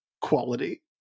quality